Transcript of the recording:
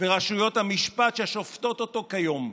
ושל רשויות המשפט ששופטות אותו כיום.